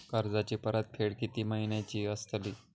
कर्जाची परतफेड कीती महिन्याची असतली?